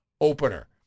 opener